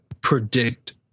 predict